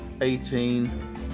eighteen